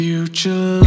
Future